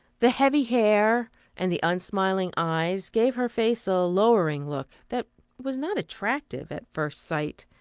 the heavy hair and the unsmiling eyes gave her face a lowering look that was not attractive at first sight.